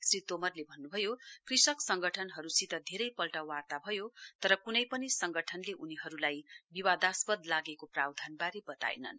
श्री तोमारले भन्नुभयो कृषक संङ्गठनसित धेरै पल्ट वार्ता भयो तर कुनै पनि संङ्गठनले उनीहरूलाई विवादस्पद लागेको प्रावधानबारे बताएनन्